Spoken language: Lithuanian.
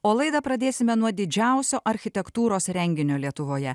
o laidą pradėsime nuo didžiausio architektūros renginio lietuvoje